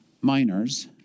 minors